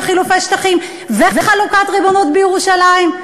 וחילופי שטחים וחלוקת הריבונות בירושלים?